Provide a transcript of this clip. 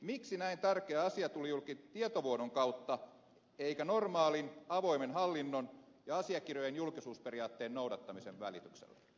miksi näin tärkeä asia tuli julki tietovuodon kautta eikä normaalin avoimen hallinnon ja asiakirjojen julkisuusperiaatteen noudattamisen välityksellä